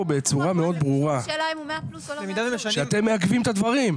בצורה מאוד ברורה שאתם מעכבים את הדברים,